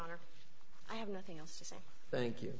honor i have nothing else thank you